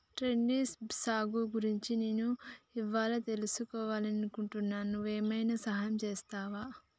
terrace సాగు గురించి నేను ఇవ్వాళా తెలుసుకివాలని అనుకుంటున్నా నువ్వు ఏమైనా సహాయం చేస్తావా